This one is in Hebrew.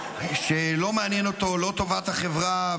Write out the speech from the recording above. שלא מעניין אותו לא טובת החברה,